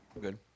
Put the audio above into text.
Good